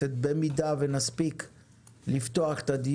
אבנר פלור, ראש מינהל תנועה, שאתם בוודאי